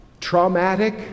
traumatic